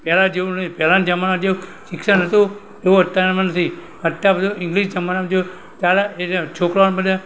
પહેલા જેવું નહીં પહેલા જમાના જેવું શિક્ષણ હતું એવું અત્યારે નથી અત્યારે બધો ઈંગ્લિશ જમાનામાં જેવું ચાલ એ છોકરાઓ બધા